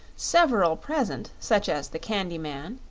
several present, such as the candy man,